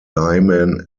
lyman